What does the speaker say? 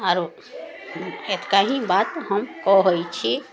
आरो एक्कही बात हम कहै छी